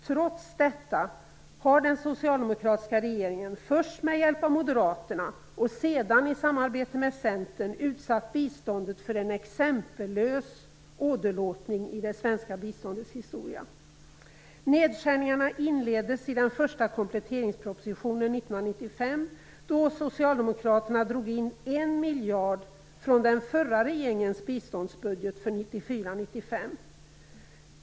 Trots detta har den socialdemokratiska regeringen först med hjälp av Moderaterna och sedan i samarbete med Centern utsatt biståndet för en exempellös åderlåtning i det svenska biståndets historia. Nedskärningarna inleddes i den första kompletteringspropositionen 1995, då Socialdemokraterna drog in en miljard från den förra regeringens biståndsbudget för 1994/95.